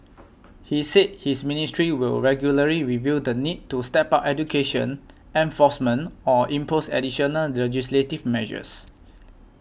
he said his ministry will regularly review the need to step up education enforcement or impose additional legislative measures